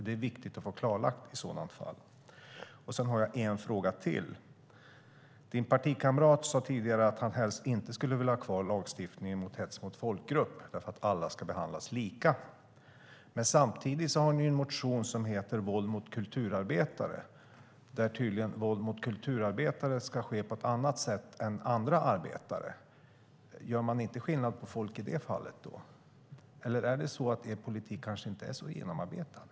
Det är viktigt att få klarlagt i så fall. Jag har en fråga till. Din partikamrat sade tidigare att han helst inte skulle vilja ha kvar lagstiftningen om hets mot folkgrupp därför att alla ska behandlas lika. Samtidigt har ni en motion om våld mot kulturarbetare. Tydligen ska våld mot kulturarbetare ske på ett annat sätt än mot andra arbetare. Gör man inte skillnad på folk i det fallet? Eller är det så att er politik kanske inte är så genomarbetad?